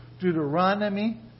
Deuteronomy